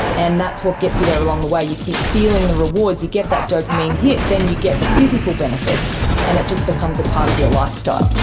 and that's what gets you there along the way, you keep feeling the rewards, you get that dopamine hit, then you get the physical benefits and it just becomes a part of your lifestyle.